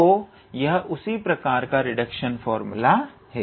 तो यह उसी प्रकार का रिडक्शन फार्मूला है